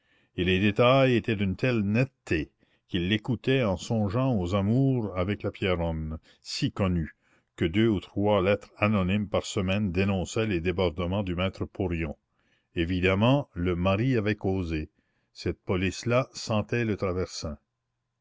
et les détails étaient d'une telle netteté qu'il l'écoutait en songeant aux amours avec la pierronne si connus que deux ou trois lettres anonymes par semaine dénonçaient les débordements du maître porion évidemment le mari avait causé cette police là sentait le traversin